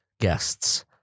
guests